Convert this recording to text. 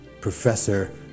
Professor